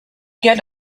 get